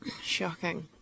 Shocking